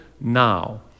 now